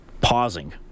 pausing